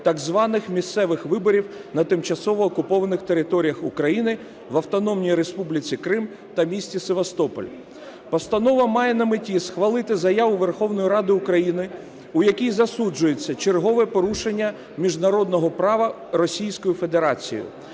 так званих місцевих виборів на тимчасово окупованих територіях України – в Автономній Республіці Крим та місті Севастополі. Постанова має на меті схвалити Заяву Верховної Ради України, у якій засуджується чергове порушення міжнародного права Російською Федерацією.